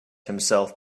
himself